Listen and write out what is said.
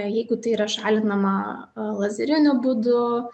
jeigu tai yra šalinama lazeriniu būdu